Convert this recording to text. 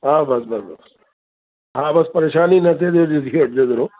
हा बसि बसि बसि हा बसि परेशानी न थिए इहो ॾिसी वठिजो थोरो